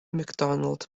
mcdonald